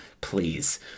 please